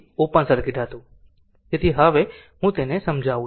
તેથી હવે હું તેને સમજાવું